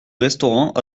restaurant